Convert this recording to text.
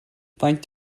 faint